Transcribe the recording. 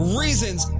reasons